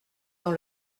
dans